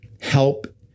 help